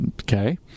Okay